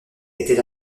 était